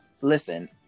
listen